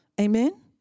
Amen